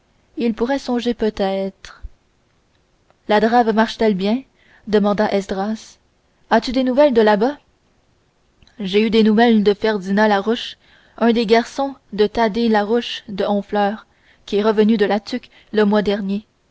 il pourrait songer peut-être la drave marche t elle bien demanda esdras as-tu des nouvelles de là-bas j'ai eu des nouvelles par ferdinand larouche un des garçons de thadée larouche de honfleur qui est revenu de la tuque le mois dernier